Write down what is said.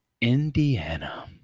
Indiana